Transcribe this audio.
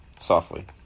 softly